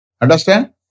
Understand